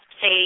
say